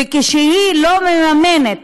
וכשהיא לא מממנת